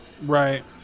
Right